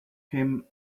him